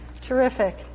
Terrific